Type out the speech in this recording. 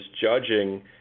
judging